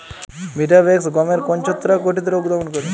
Vitavax গমের কোন ছত্রাক ঘটিত রোগ দমন করে?